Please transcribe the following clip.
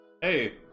Hey